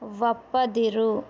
ಒಪ್ಪದಿರು